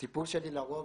הסיפור שלי לרוב